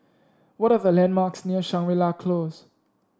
what are the landmarks near Shangri La Close